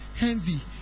envy